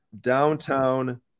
Downtown